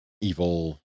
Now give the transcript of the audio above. evil